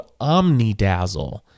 Omnidazzle